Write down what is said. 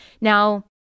Now